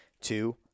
Two